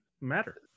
matter